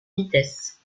vitesse